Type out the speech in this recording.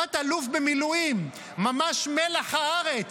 תת-אלוף במילואים, ממש מלח הארץ,